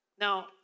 Now